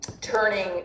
turning